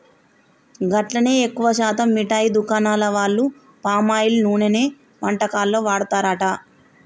గట్లనే ఎక్కువ శాతం మిఠాయి దుకాణాల వాళ్లు పామాయిల్ నూనెనే వంటకాల్లో వాడతారట